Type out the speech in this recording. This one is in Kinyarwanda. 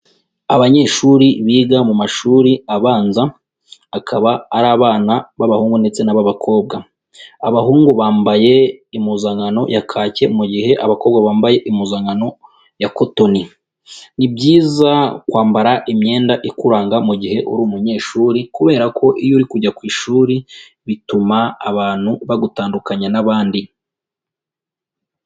Abanyeshuri biga mu mashuri abanza, akaba ari abana b'abahungu ndetse n'ab'abakobwa. Abahungu bambaye impuzankano ya kacye, mu gihe abakobwa bambaye impuzankano ya kotoni. Ni byiza kwambara imyenda ikuranga mu gihe uri umunyeshuri kubera ko iyo uri kujya ku ishuri, bituma abantu bagutandukanya n'abandi.